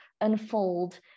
unfold